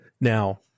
Now